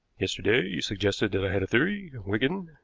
yesterday you suggested that i had a theory, wigan,